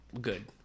good